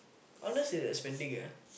Arnold's is expanding ah